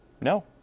No